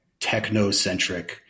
technocentric